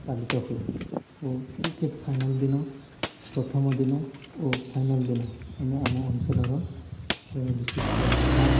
ପାଳିତ ହୁଏ ଓ କ୍ରିକେଟ ଫାଇନାଲ୍ ଦିନ ପ୍ରଥମ ଦିନ ଓ ଫାଇନାଲ୍ ଦିନ ଆମେ ଆମ ଅଞ୍ଚଳର ଜଣେ ବିଶିଷ୍ଟ ନେତା